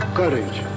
courage